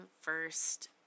first